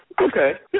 Okay